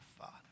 Father